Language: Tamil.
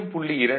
0